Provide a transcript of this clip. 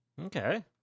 Okay